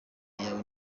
yawe